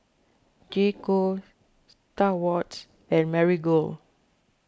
J Co Star Awards and Marigold